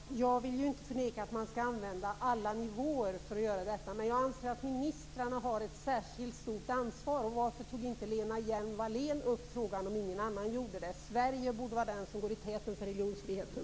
Herr talman! Jag vill inte förneka att man skall använda alla nivåer för att göra detta, men jag anser att ministrarna har ett särskilt stort ansvar. Varför tog inte Lena Hjelm-Wallén upp frågan om ingen annan gjorde det? Sverige borde ju gå i täten för religionsfriheten!